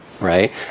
Right